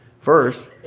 First